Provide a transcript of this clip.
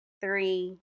three